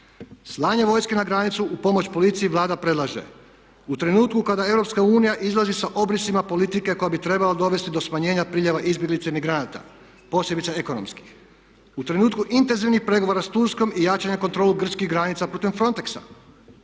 Slanje vojske na granicu u pomoć policiji Vlada predlaže u trenutku kada EU izlazi sa obrisima politike koja bi trebala dovesti do smanjenja priljeva izbjeglica i migranata posebice ekonomskih, u trenutku intenzivnih pregovora s Turskom i jačanja kontrole grčkih granica putem Frontexa.